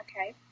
Okay